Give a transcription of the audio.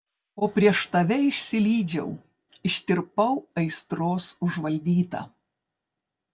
o prieš tave išsilydžiau ištirpau aistros užvaldyta